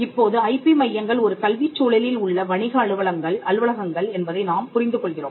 இப்போது ஐபி மையங்கள் ஒரு கல்விச் சூழலில் உள்ள வணிக அலுவலகங்கள் என்பதை நாம் புரிந்து கொள்கிறோம்